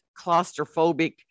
claustrophobic